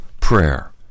prayer